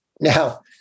Now